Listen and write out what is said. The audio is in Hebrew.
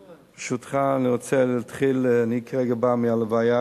ברשותך, אני רוצה להתחיל, אני כרגע בא מההלוויה